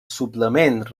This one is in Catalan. suplement